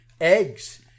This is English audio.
Eggs